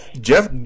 Jeff